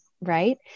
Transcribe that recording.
right